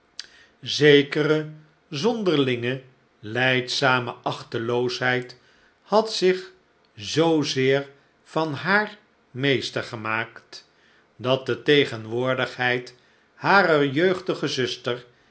zekere zonderlinge lijdzame achteloosheid had zich zoozeer van haar meester gemaakt dat de tegenwoordigheid harer jeugdige zuster